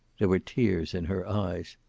there were tears in her eyes.